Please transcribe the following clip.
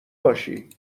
باشی